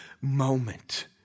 moment